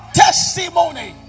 testimony